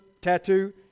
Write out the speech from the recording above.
tattoo